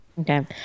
Okay